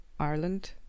ireland